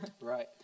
Right